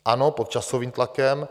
Ano, pod časovým tlakem.